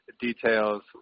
details